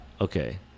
Okay